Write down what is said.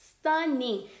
stunning